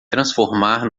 transformar